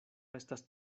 estas